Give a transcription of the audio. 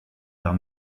vers